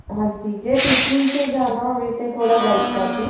ਹਾਂਜੀ ਜੇ ਟੀਚਿੰਗ 'ਚ ਜਾਣਾ ਹੋਵੇ ਤਾਂ ਥੋੜ੍ਹਾ ਗਾਈਡ ਕਰ ਦਿਉ